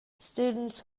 students